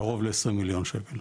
קרוב ל-20 מיליון שקל.